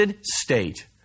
state